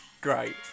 Great